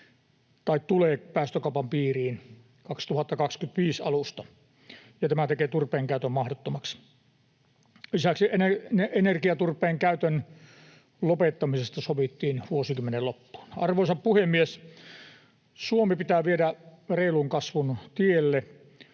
pienissä lämpölaitoksissa 2025 alusta, ja tämä tekee turpeen käytön mahdottomaksi. Lisäksi energiaturpeen käytön lopettamisesta sovittiin vuosikymmenen loppuun. Arvoisa puhemies! Suomi pitää viedä reilun kasvun tielle.